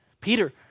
Peter